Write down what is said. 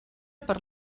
per